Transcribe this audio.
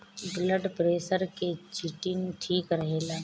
blood pressure के चिटिन ठीक रखेला